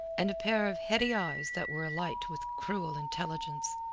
and a pair of heady eyes that were alight with cruel intelligence.